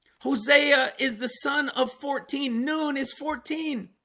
hosea is the son of fourteen noon is fourteen